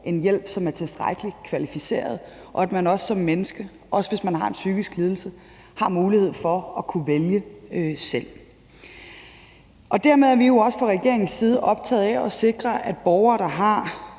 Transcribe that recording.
en hjælp, som er tilstrækkelig kvalificeret, og at man også som menneske – også hvis man har en psykisk lidelse – har mulighed for at kunne vælge selv. Dermed er vi jo også fra regeringens side optaget af at sikre, at borgere, der har